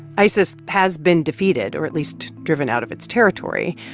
isis has been defeated or at least driven out of its territory.